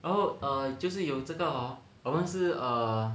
然后 err 就是有这个 hor 我们是